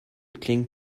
cling